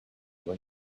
were